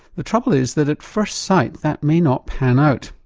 the trouble is that at first sight that may not pan out.